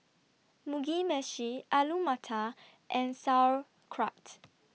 Mugi Meshi Alu Matar and Sauerkraut